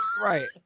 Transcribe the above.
right